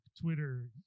Twitter